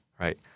right